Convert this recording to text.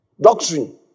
Doctrine